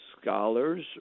scholars